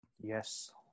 Yes